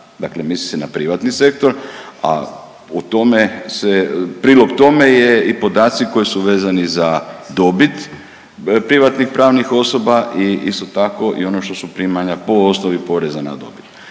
Dakle, misli se na privatni sektor, a o tome se, prilog tome je i podaci koji su vezani za dobit privatnih pravnih osoba i isto tako i ono što su primanja po osnovi poreza na dobit.